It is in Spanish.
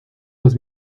los